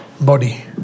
body